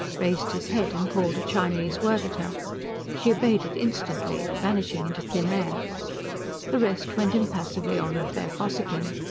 raised his head and called a chinese word at her she obeyed it instantly, vanished into thin air the rest went impassively on with their fossicking.